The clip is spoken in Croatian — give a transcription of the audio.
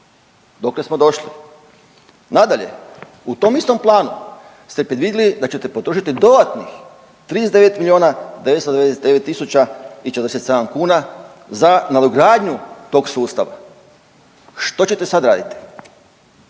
Dokle smo došli? Nadalje, u tom istom planu ste predvidjeli da ćete potrošiti dodatnih 39 milijuna 999 tisuća i 47 kuna za nadogradnju tog sustava. Što ćete sad raditi?